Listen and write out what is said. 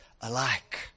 alike